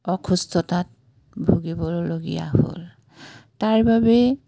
অসুস্থতাত ভুগিবলগীয়া হ'ল তাৰবাবে